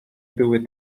były